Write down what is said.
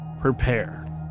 Prepare